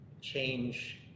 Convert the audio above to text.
change